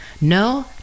No